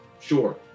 Sure